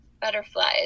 butterflies